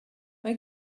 mae